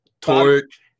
Torch